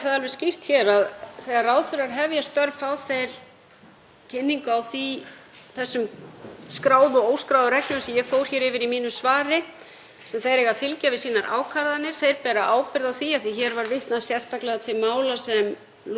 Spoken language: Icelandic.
þeir eiga að fylgja við ákvarðanir sínar. Þeir bera ábyrgð á því, af því að hér var vitnað sérstaklega til mála sem lúta að ráðningarmálum, að störf hæfisnefnda séu í takt við þær reglur sem gilda og síðan er það endanleg ábyrgð ráðherra að taka málefnalega ákvörðun.